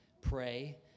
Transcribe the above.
Pray